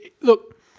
look